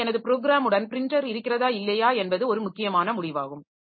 எனவே எனது ப்ரோக்கிராமுடன் பிரின்ட்டர் இருக்கிறதா இல்லையா என்பது ஒரு முக்கியமான முடிவாகும்